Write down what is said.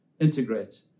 integrate